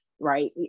right